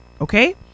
Okay